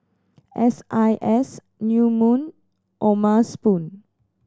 S I S New Moon O'ma Spoon